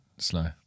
slow